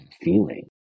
feeling